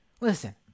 Listen